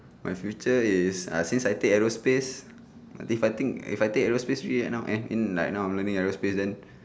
my future is ah since I take aerospace if I think if I take aerospace free and now and in like now I'm learning aerospace then